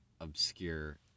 obscure